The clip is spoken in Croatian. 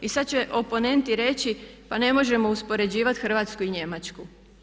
I sad će oponenti reći pa ne možemo uspoređivati Hrvatsku i Njemačku.